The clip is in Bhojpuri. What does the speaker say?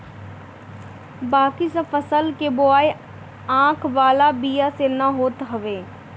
बाकी सब फसल के बोआई आँख वाला बिया से ना होत हवे